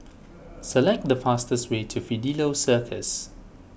select the fastest way to Fidelio Circus